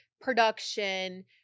production